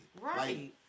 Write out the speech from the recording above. Right